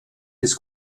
his